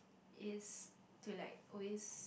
it's to like always